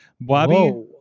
Bobby